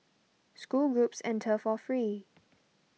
school groups enter for free